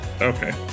Okay